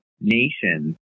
nations